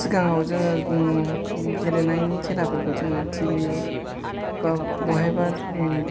सिगाङाव जोङो ओ गेलेनायनि खेलाफोरखौ जोङो टिभि बा बहायबा ओ